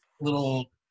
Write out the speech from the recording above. little